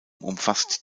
umfasst